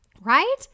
Right